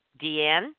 deanne